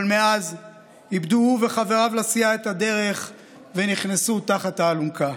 אבל מאז איבדו הוא וחבריו לסיעה את הדרך ונכנסו תחת האלונקה,